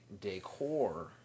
decor